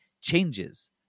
changes